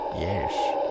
Yes